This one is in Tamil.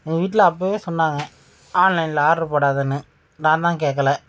எங்கள் வீட்டில் அப்பவே சொன்னாங்க ஆன்லைனில் ஆர்டர் போடாதேன்னு நான் தான் கேட்கல